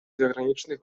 zagranicznych